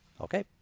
Okay